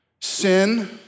sin